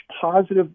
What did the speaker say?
positive